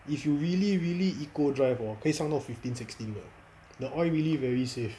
if you really really eco drive hor 可以上到 fifteen sixteen 的 the oil really very safe